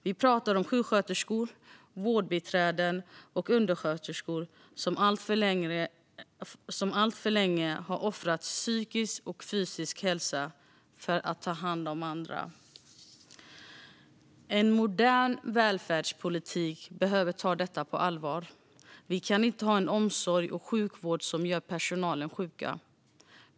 Vi pratar om sjuksköterskor, vårdbiträden och undersköterskor som alltför länge har offrat psykisk och fysisk hälsa för att ta hand om andra. En modern välfärdspolitik behöver ta detta på allvar. Vi kan inte ha en omsorg och en sjukvård som gör personalen sjuk.